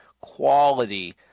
quality